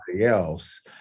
else